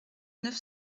neuf